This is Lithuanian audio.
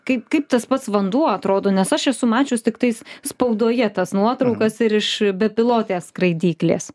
kaip kaip tas pats vanduo atrodo nes aš esu mačius tiktais spaudoje tas nuotraukas ir iš bepilotės skraidyklės